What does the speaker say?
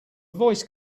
voice